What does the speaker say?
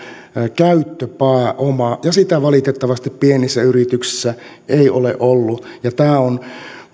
käyttöpääomaa ja sitä valitettavasti pienissä yrityksissä ei ole ollut